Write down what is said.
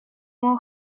уол